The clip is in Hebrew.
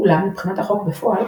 אולם מבחינת החוק בפועל,